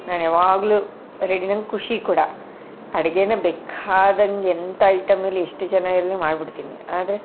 ನಾನು ಯಾವಾಗಲೂ ರೆಡಿ ನಂಗೆ ಖುಷಿ ಕೂಡ ಅಡುಗೆನ ಬೇಕಾದಂಗೆ ಎಂಥ ಐಟಮ್ ಇರಲಿ ಎಷ್ಟು ಜನ ಇರಲಿ ಮಾಡಿಬಿಡ್ತೀನಿ ಆದರೆ